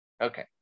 Okay